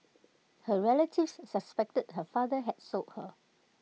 her relatives suspected her father had sold her